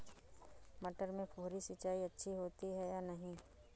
मटर में फुहरी सिंचाई अच्छी होती है या नहीं?